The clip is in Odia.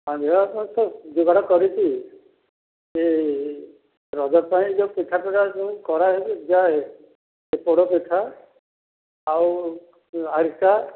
ହଁ ଝିଅ ତ ଯୋଗାଡ଼ କରିଛି ସେ ରଜ ପାଇଁ ଯେଉଁ ପିଠାପଣା ଯେଉଁ କରାଯାଏ ସେ ପୋଡ଼ ପିଠା ଆଉ ଆରିସା